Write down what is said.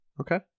okay